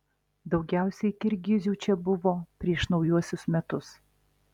daugiausiai kirgizių čia buvo prieš naujuosius metus